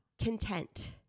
content